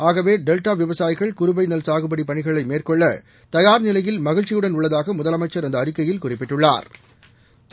ஆகவே டெல்டா விவசாயிகள் குறுவை நெல் சாகுபடி பணிகளை மேற்கொள்ள தயாா் நிலையில் மகிழ்ச்சியுடன் உள்ளதாக முதலமைச்சா் அந்த அறிக்கையில் குறிப்பிட்டுள்ளாா்